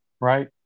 right